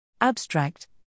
Abstract